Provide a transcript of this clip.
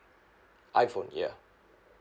I phone yeah